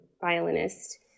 violinist